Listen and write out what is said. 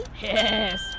Yes